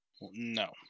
No